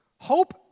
Hope